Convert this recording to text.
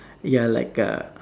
ya like a